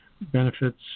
benefits